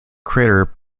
crater